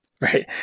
Right